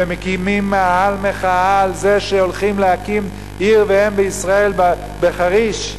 ומקימים מאהל מחאה על זה שהולכים להקים עיר ואם בישראל בחריש,